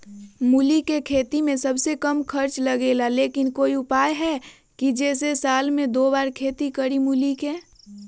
मूली के खेती में सबसे कम खर्च लगेला लेकिन कोई उपाय है कि जेसे साल में दो बार खेती करी मूली के?